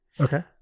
Okay